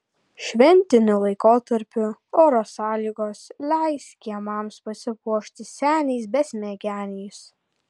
šventiniu laikotarpiu oro sąlygos leis kiemams pasipuošti seniais besmegeniais